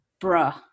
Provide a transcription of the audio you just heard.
bruh